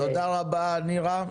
תודה, נירה.